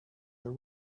are